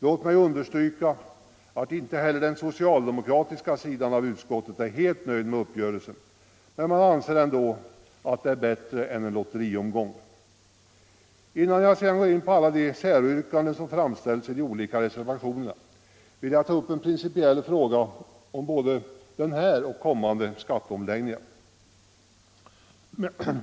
Låt mig understryka att inte heller den socialdemokratiska sidan av utskottet är helt nöjd med överenskommelsen men att man ändå anser den bättre än en lotteriomgång. Innan jag går in på alla de säryrkanden som framställts i de olika reservationerna vill jag ta upp en principiell fråga som gäller både den här skatteomläggningen och kommande skatteomläggningar.